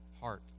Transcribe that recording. heart